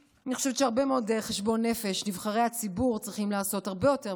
אני חושבת שנבחרי הציבור צריכים לעשות הרבה מאוד חשבון נפש,